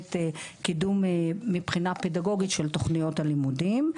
באמת קידום מבחינה פדגוגית של תכניות הלימודים.